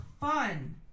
fun